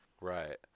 Right